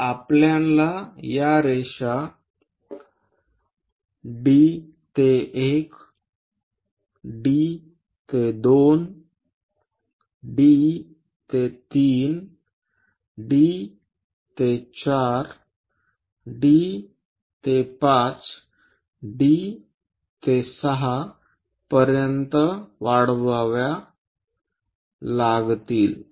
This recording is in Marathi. तर आपल्याला या रेषा D ते 1 D ते 2 D ते 3 D ते 4 D ते 5 D ते 6 पर्यंत वाढवाव्या लागतील